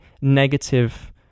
negative